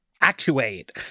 actuate